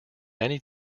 many